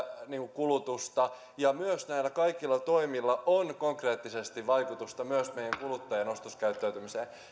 kulutusta ja myös näillä kaikilla toimilla on konkreettisesti vaikutusta meidän kuluttajien ostoskäyttäytymiseen